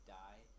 die